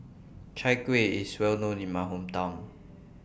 Chai Kuih IS Well known in My Hometown